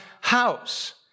house